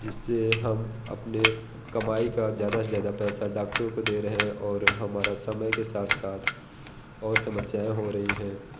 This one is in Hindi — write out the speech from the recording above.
जिससे हम अपने कमाई का ज़्यादा से ज़्यादा पैसा डॉक्टरों को दे रहे हैं और हमारी समय के साथ साथ और समस्याएँ हो रही हैं